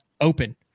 open